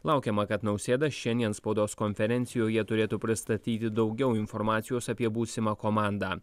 laukiama kad nausėda šiandien spaudos konferencijoje turėtų pristatyti daugiau informacijos apie būsimą komandą